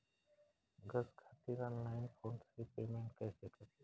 Gas खातिर online phone से payment कैसे करेम?